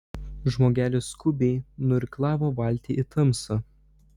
žmogelis skubiai nuirklavo valtį į tamsą